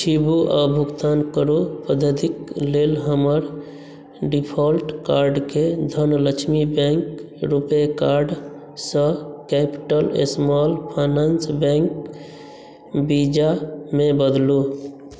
छुबू आ भुगतान करू पद्धतिक लेल हमर डिफाल्ट कार्डकेँ धनलक्ष्मी बैंक रुपे कार्ड सँ capital small finance bank Visa मे बदलू